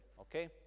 okay